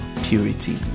purity